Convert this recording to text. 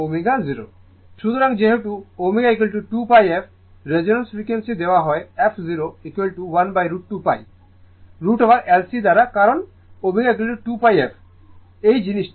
সুতরাং যেহেতু ω2 pi f resonance frequency দেওয়া হয় f 012 pI√ L C দ্বারা কারণ ω2 pi fএই জিনিসটি